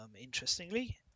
interestingly